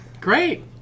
great